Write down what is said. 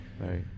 right